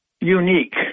unique